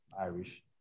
Irish